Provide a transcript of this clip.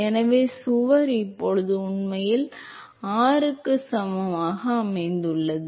எனவே சுவர் இப்போது உண்மையில் r க்கு சமமான r இல் அமைந்துள்ளது